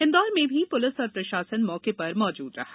इंदौर में भी पुलिस और प्रशासन मौके पर मौजूद रहा